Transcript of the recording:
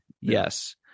Yes